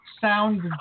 sound